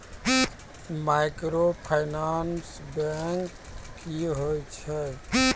Microfinance bank की होय छै?